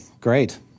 great